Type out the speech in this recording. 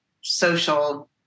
social